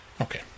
Okay